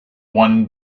one